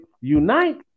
unite